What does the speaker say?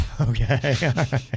Okay